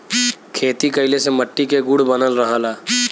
खेती कइले से मट्टी के गुण बनल रहला